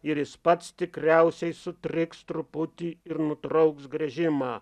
ir jis pats tikriausiai sutriks truputį ir nutrauks gręžimą